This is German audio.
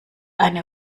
eine